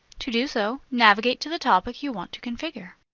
to do so, navigate to the topic you want to configure.